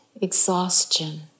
exhaustion